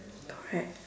correct